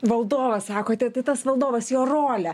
valdovas sakote tai tas valdovas jo rolė